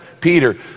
Peter